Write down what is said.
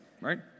right